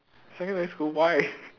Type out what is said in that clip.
secondary school why